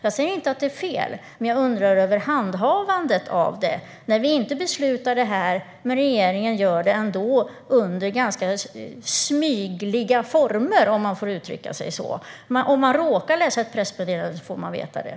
Jag säger inte att detta är fel, men jag undrar över handhavandet av det hela. Vi har inte beslutat det här, men regeringen gör det ändå, lite grann i smyg. Om man råkar läsa ett pressmeddelande får man veta det.